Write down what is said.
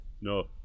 No